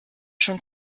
schon